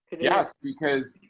yes, because